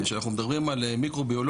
כשאנחנו מדברים על מיקרוביולוגיה,